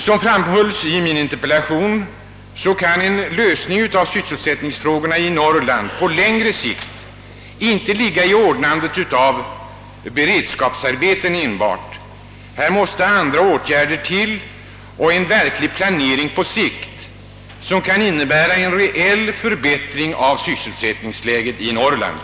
Som framhålls i min interpellation kan en lösning av sysselsättningsproblemen i Norrland på längre sikt inte enbart ligga i ordnandet av beredskapsarbeten; här måste andra åtgärder till och en verklig planering på sikt, som kan innebära en reell förbättring av sysselsättningsläget i Norrland.